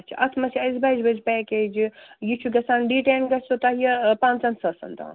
اَتھ منٛز چھِ اَسہِ بَجہِ بَجہِ پیکیجہٕ یہِ چھُ گژھان ڈِٹین گژھوٕ تۄہہِ پَنٛژٕہَن ساسَن تام